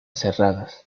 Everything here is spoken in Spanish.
serradas